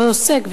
או עוסק,